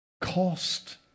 Cost